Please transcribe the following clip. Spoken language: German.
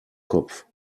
kopf